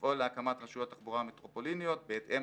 לפעול להקמת רשויות תחבורה המטרופוליניות בהתאם